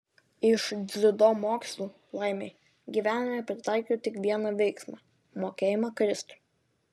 iš dziudo mokslų laimei gyvenime pritaikiau tik vieną veiksmą mokėjimą kristi